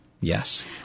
Yes